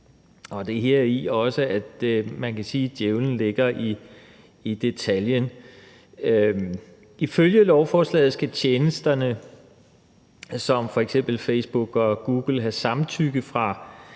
Det er også heri, kan man sige, at djævelen ligger i detaljen. Ifølge lovforslaget skal tjenester som f.eks. Facebook og Google have samtykke fra